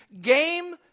Game